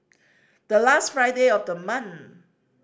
the last Friday of the month